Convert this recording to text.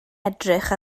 edrych